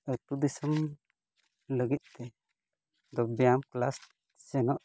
ᱟᱛᱳ ᱫᱤᱥᱚᱢ ᱞᱟᱹᱜᱤᱫ ᱛᱮ ᱫᱚ ᱵᱮᱭᱟᱢ ᱠᱮᱞᱟᱥ ᱥᱮᱱᱚᱜ